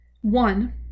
one